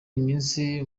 iminsi